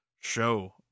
show